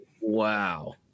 Wow